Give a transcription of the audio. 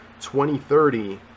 2030